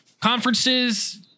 conferences